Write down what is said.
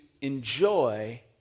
enjoy